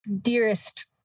dearest